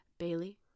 Bailey